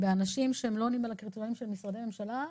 אנשים שלא עונים על הקריטריונים של משרדי הממשלה,